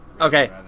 Okay